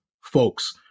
folks